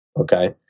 Okay